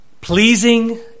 pleasing